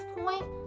point